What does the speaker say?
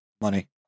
Money